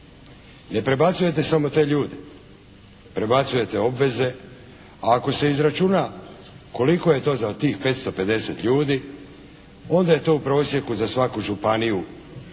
Ne prebacujete samo te ljude, prebacujete obveze. A ako se izračuna koliko je to za tih 550 ljudi onda je to u prosjeku za svaku županiju